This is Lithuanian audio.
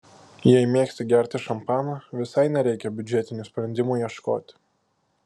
jei mėgsti gerti šampaną visai nereikia biudžetinių sprendimų ieškoti